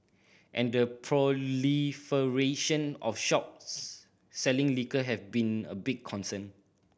and the proliferation of shops selling liquor have been a big concern